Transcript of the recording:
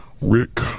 Rick